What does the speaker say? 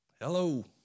Hello